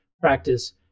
practice